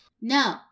No